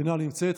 אינה נמצאת,